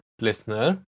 Listener